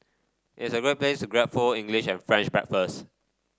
it's a great place grab full English and French breakfast